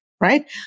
right